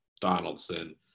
Donaldson